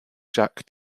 jack